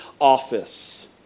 office